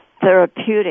therapeutic